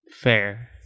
Fair